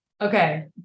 Okay